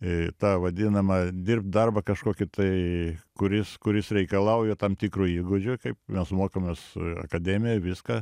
į tą vadinamą dirbt darbą kažkokį tai kuris kuris reikalauja tam tikrų įgūdžių kaip mes mokomės akademijoj viską